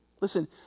listen—